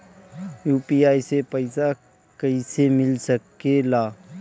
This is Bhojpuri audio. यू.पी.आई से पइसा कईसे मिल सके ला?